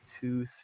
two